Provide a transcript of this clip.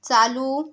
चालू